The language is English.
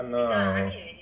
你看 lah